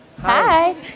Hi